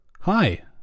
Hi